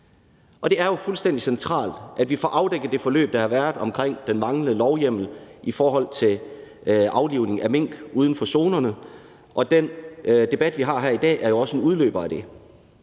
Det er jo fuldstændig centralt, at vi får afdækket det forløb, der har været omkring den manglende lovhjemmel i forhold til aflivning af mink uden for zonerne. Og den debat, vi har her i dag, er jo også en udløber af det.